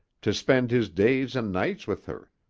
to spend his days and nights with her,